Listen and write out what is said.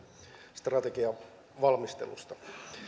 strategian valmistelusta